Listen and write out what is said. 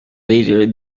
leader